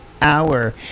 hour